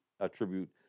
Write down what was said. attribute